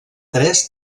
tres